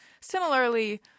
similarly